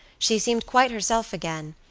she seemed quite herself again,